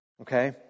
okay